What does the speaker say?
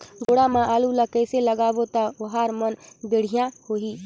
गोडा मा आलू ला कइसे लगाबो ता ओहार मान बेडिया होही?